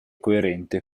coerente